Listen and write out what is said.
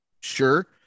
sure